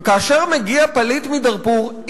כאשר מגיע פליט מדארפור,